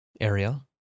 area